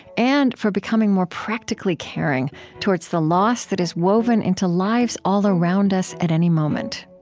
and for becoming more practically caring towards the loss that is woven into lives all around us at any moment